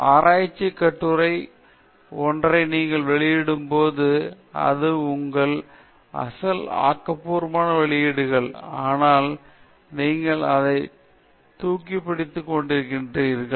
ஆராய்ச்சி கட்டுரை ஒன்றை நீங்கள் வெளியிடும்போது அதை உங்கள் அசல் ஆக்கப்பூர்வமாக வெளியிடுவீர்கள் ஆனால் நீங்கள் அதை தூக்கிக் கொண்டிருக்கிறீர்கள் அல்லது மற்றவரின் வேலையில் இருந்து சரியாக ஒப்புக் கொள்ளாமல் அதை எடுத்துக் கொள்கிறீர்கள்